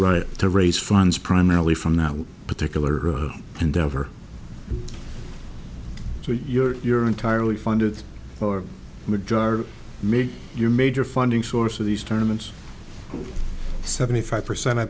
right to raise funds primarily from that particular endeavor so you're entirely funded for majority made your major funding source of these tournaments seventy five percent i